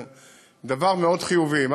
זה דבר חיובי מאוד.